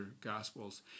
gospels